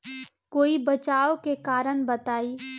कोई बचाव के कारण बताई?